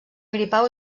gripau